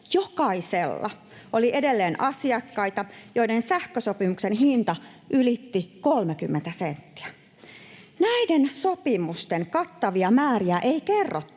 jokaisella oli edelleen asiakkaita, joiden sähkösopimuksen hinta ylitti 30 senttiä. Näiden sopimusten kattavia määriä ei kerrottu,